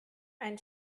ein